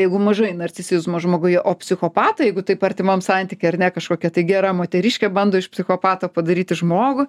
jeigu mažai narcisizmo žmoguje o psichopatą jeigu taip artimam santyky ar ne kažkokia tai gera moteriškė bando iš psichopato padaryti žmogų